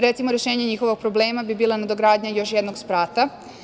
Recimo, rešenje njihovog problema bi bila nadogradnja još jednog sprata.